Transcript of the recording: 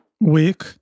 week